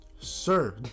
Sir